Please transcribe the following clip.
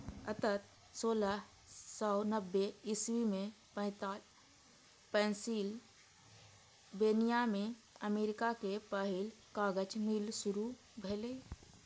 अंततः सोलह सय नब्बे इस्वी मे पेंसिलवेनिया मे अमेरिका के पहिल कागज मिल शुरू भेलै